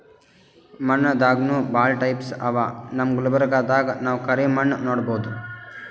ಮಣ್ಣ್ ದಾಗನೂ ಭಾಳ್ ಟೈಪ್ ಅವಾ ನಮ್ ಗುಲ್ಬರ್ಗಾದಾಗ್ ನಾವ್ ಕರಿ ಮಣ್ಣ್ ನೋಡಬಹುದ್